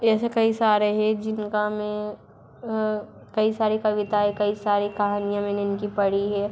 ऐसे कई सारे हैं जिनका मैं कई सारी कविताएँ कई सारी कहानियाँ मैंने इनकी पढ़ी है